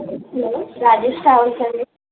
hello Rajesh ట్రావెల్సా అండి